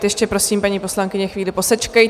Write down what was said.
Ještě prosím, paní poslankyně, chvíli posečkejte.